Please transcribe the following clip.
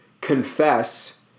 confess